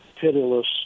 pitiless